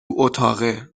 اتاقه